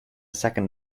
second